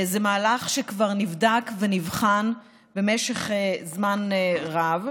זה מהלך שכבר נבדק ונבחן במשך זמן רב,